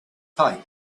type